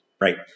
right